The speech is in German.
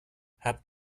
habt